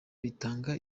bitanga